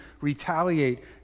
retaliate